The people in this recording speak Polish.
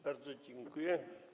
Bardzo dziękuję.